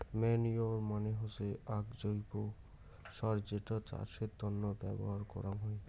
manure মানে হসে আক জৈব্য সার যেটো চাষের তন্ন ব্যবহার করাঙ হই